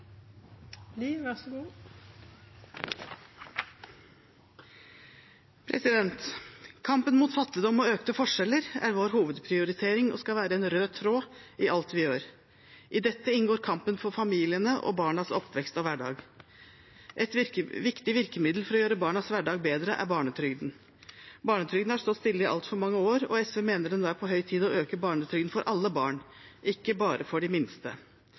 skal være en rød tråd i alt vi gjør. I dette inngår kampen for familiene og barnas oppvekst og hverdag. Et viktig virkemiddel for å gjøre barnas hverdag bedre er barnetrygden. Barnetrygden har stått stille i altfor mange år, og SV mener det nå er på høy tid å øke barnetrygden for alle barn, ikke bare for de minste.